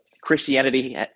Christianity